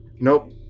nope